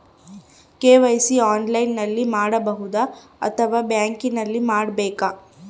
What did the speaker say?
KYC ಆನ್ಲೈನಲ್ಲಿ ಮಾಡಬಹುದಾ ಅಥವಾ ಬ್ಯಾಂಕಿನಲ್ಲಿ ಮಾಡ್ಬೇಕಾ?